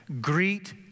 greet